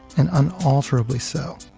and unalterably so,